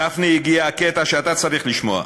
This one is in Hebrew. גפני, הגיע הקטע שאתה צריך לשמוע.